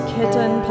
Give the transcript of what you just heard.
Kitten